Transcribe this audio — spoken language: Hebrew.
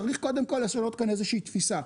צריך קודם כל לשנות כאן איזה שהיא תפיסה.